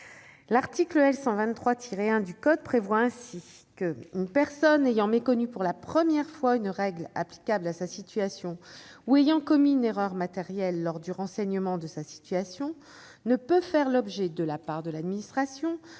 L'article L. 123-1 dudit code prévoit ainsi qu'« une personne ayant méconnu pour la première fois une règle applicable à sa situation ou ayant commis une erreur matérielle lors du renseignement de sa situation ne peut faire l'objet, de la part de l'administration, d'une sanction,